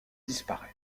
disparaît